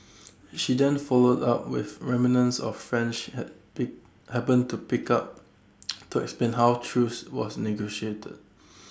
she then followed up with remnants of French happy happened to pick up to explain how truce was negotiated